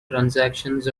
transactions